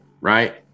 Right